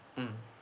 mm